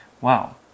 Wow